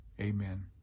amen